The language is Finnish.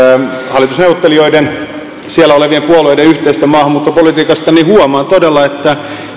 siellä olevien puolueiden yhteisestä maahanmuuttopolitiikasta niin huomaan todella että